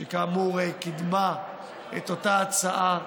שכאמור קידמה את אותה הצעה,